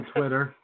Twitter